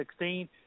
2016